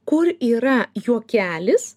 kur yra juokelis